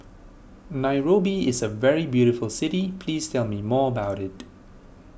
Nairobi is a very beautiful city please tell me more about it